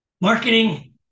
marketing